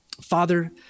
Father